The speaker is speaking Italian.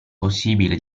possibile